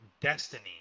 Destiny